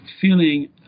feeling